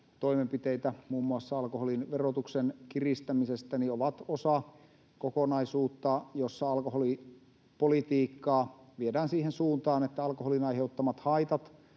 toimenpiteitä, muun muassa alkoholin verotuksen kiristämistä, on osa kokonaisuutta, jossa alkoholipolitiikkaa viedään siihen suuntaan, että alkoholin aiheuttamat haitat